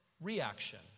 reaction